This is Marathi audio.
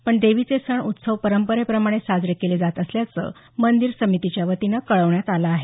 पण देवीचे सण उत्सव परंपरेप्रमाणे साजरे केले जात असल्याचं मंदिर समितीच्या वतीनं कळवण्यात आलं आहे